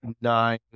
nine